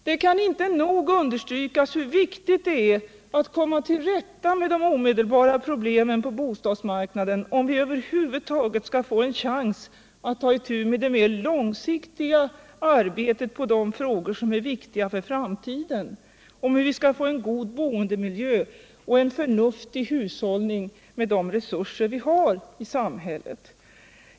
Det kan inte nog understrykas hur viktigt det är att komma till rätta med de omedelbara problemen på bostadsmarknaden om vi över huvud taget skall ha en chans att ta itu med det mera långsiktiga arbetet med frågor som är viktiga för framtiden: hur vi skall få en god boendemiljö och en förnuftig hushållning med de resurser vi har i samhället.